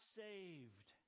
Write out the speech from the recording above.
saved